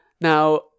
Now